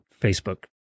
facebook